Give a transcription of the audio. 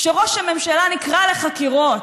כשראש הממשלה נקרא לחקירות,